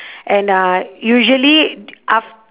and uh usually af~